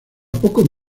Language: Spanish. pocos